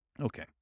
Okay